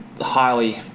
highly